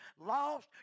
lost